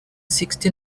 sixty